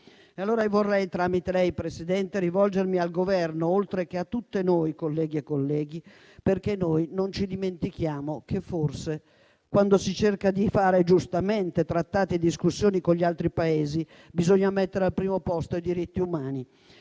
E allora tramite lei, Presidente, vorrei rivolgermi al Governo, oltre che a tutte noi, colleghe e colleghi, perché non ci dimentichiamo che forse, quando si cerca di fare giustamente trattati e discussioni con gli altri Paesi, bisogna mettere al primo posto i diritti umani,